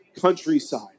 countryside